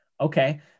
Okay